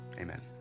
amen